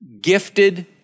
gifted